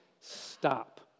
stop